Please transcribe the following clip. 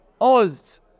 oz